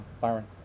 Byron